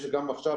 יש גם עכשיו,